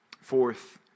Fourth